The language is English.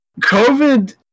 COVID